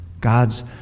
God's